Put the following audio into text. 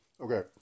Okay